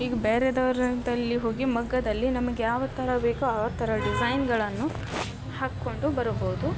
ಈಗ ಬೇರೆದವ್ರು ಅಂಥಲ್ಲಿ ಹೋಗಿ ಮಗ್ಗದಲ್ಲಿ ನಮಗೆ ಯಾವ ಥರ ಬೇಕೋ ಆ ಥರ ಡಿಝೈನ್ಗಳನ್ನು ಹಾಕಿಕೊಂಡು ಬರಬೋದು